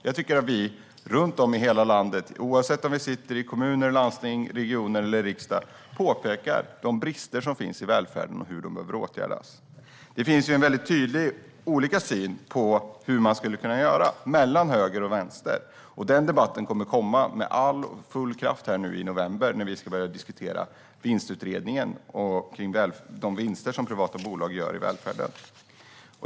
Jag tycker att vi runt om i hela landet, oavsett om vi sitter i kommuner, landsting, regioner eller riksdag, påpekar de brister som finns i välfärden och talar om hur de behöver åtgärdas. Det finns väldigt olika uppfattningar mellan höger och vänster om hur man skulle kunna göra. Den debatten kommer att komma med full kraft i november när vi ska börja diskutera utredningen om de vinster som privata bolag gör i välfärden.